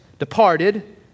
Departed